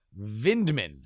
Vindman